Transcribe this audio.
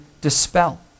dispel